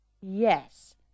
Yes